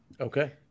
Okay